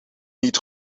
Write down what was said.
niet